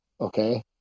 okay